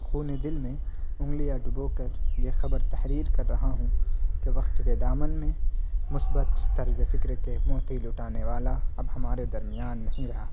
خون دل میں انگلیاں ڈبو کر یہ خبر تحریر کر رہا ہوں کہ وقت کے دامن میں مثبت طرز فکر کے موتی لٹانے والا اب ہمارے درمیان نہیں رہا